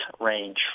range